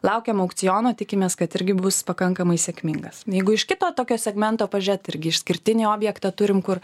laukiam aukciono tikimės kad irgi bus pakankamai sėkmingas jeigu iš kito tokio segmento pažiūrėt irgi išskirtinį objektą turim kur